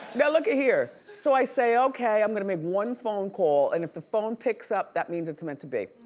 now looky here. so i say, okay, i'm gonna make one phone call, and if the phone picks up, that means it's meant to be.